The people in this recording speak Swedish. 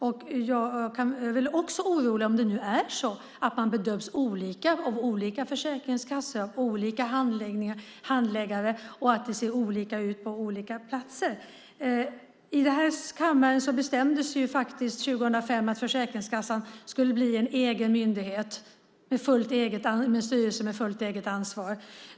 Jag blir också orolig om det nu är så att man bedöms olika av olika försäkringskassor, av olika handläggare och om det ser olika ut på olika platser. Här i kammaren bestämdes faktiskt 2005 att Försäkringskassan skulle bli en egen myndighet med en styrelse med fullt eget ansvar.